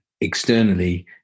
externally